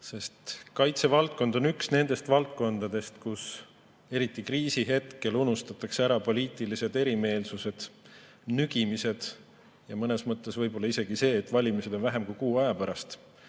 sest kaitsevaldkond on üks nendest valdkondadest, kus eriti kriisihetkel unustatakse ära poliitilised erimeelsused, nügimised ja mõnes mõttes võib-olla isegi see, et valimised on vähem kui kuu aja pärast.